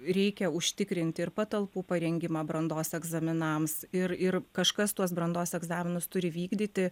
reikia užtikrinti ir patalpų parengimą brandos egzaminams ir ir kažkas tuos brandos egzaminus turi vykdyti